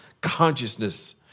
consciousness